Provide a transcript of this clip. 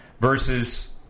versus